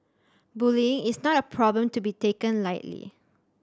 bullying is not a problem to be taken lightly